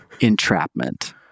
entrapment